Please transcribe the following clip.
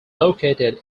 located